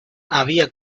había